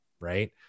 right